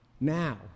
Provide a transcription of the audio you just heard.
Now